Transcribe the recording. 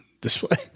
display